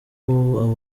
abo